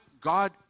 God